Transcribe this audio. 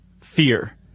fear